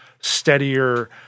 steadier